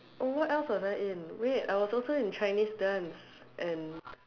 um what else was I in wait I was also in Chinese dance and